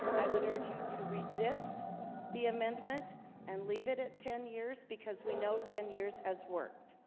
i would urge you to resist the amendment and leave it at ten years because we know ten years has worked.